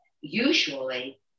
Usually